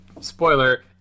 Spoiler